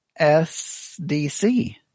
SDC